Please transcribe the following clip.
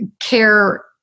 care